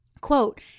quote